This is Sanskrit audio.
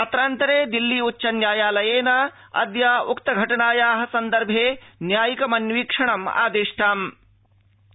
अत्रान्तरे दिल्ली उच्च न्यायालयेन अद्य उक्त घटनाया सन्दर्भे न्यायिकमन्वीक्षणम् आदिष्टमस्ति